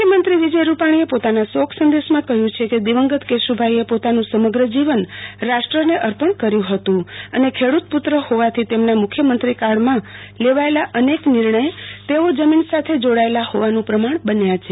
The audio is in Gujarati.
મુખ્યમંત્રી વિજય રૂપાણીએ પોતાના શોક સંદેશ માં કહ્યું છે કે દિવંગત કેશુભાઈએ પોતાનું સમગ્ર જીવન રાષ્ટ્રને અર્પણ કર્યું હતું અને ખેડૂતપુત્ર હોવાથી તેમના મુખ્યમંત્રીકાળ માં લેવાયેલા અનેક નિર્ણય તેઓ જમીન સાથે જોડાયેલા હોવાનું પ્રમાણ બન્યા છે